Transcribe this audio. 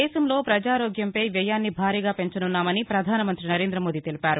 దేశంలో ప్రజారోగ్యంపై వ్యయాన్ని భారీగా పెంచనున్నామని ప్రధానమంత్రి నరేంద్రమోదీ తెలిపారు